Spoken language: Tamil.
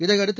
இதையடுத்து